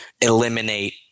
eliminate